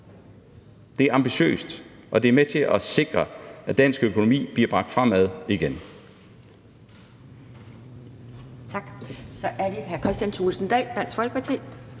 Det er ambitiøst, og det er med til at sikre, at dansk økonomi bliver bragt fremad igen.